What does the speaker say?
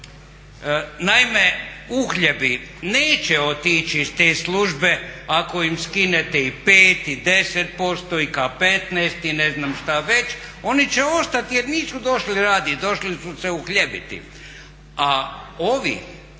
Naime, uhljebi neće otići iz te službe ako im skinete i 5 i 10% i K 15 i ne znam šta već. Oni će ostat, jer nisu došli raditi, došli su se uhljebiti. A ovi